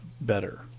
better